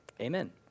amen